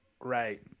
Right